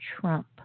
Trump